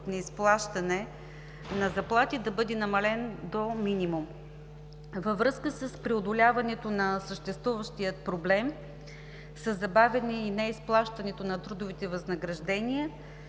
неизплащане на заплати да бъде намален до минимум. Във връзка с преодоляването на съществуващия проблем със забавяне и неизплащането на трудовите възнаграждения